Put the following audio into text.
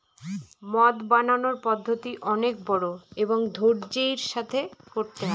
মদ বানানোর পদ্ধতি অনেক বড়ো এবং ধৈর্য্যের সাথে করতে হয়